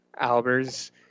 Albers